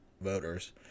voters